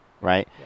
Right